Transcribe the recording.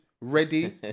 Ready